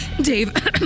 Dave